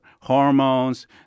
hormones